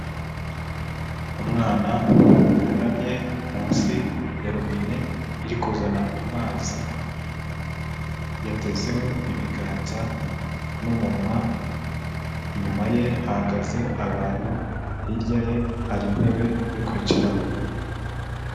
Umwana wunamye munsi ya robine iri kuzana amazi, yatezeho ibiganza n'umunwa, inyuma ye hahagaze abantu, hirya ye hari intebe yo kwicaraho.